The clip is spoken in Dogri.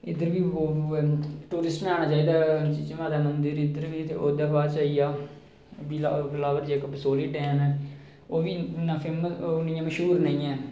इत्त बी टुरिस्ट नै आना चाहिदा चीची माता मंदर इद्धर बी ते ओह्दे बाद आई गेआ बिलावर च इक्क बसोह्ली डैम ऐ ओह्बी इन्ना फेमस मश्हूर निं ऐ